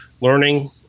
learning